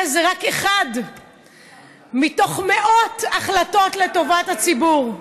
והאירוע הזה זה רק אחד מתוך מאות החלטות לטובת הציבור.